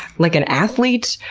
like an athlete,